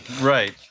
right